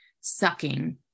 sucking